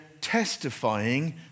testifying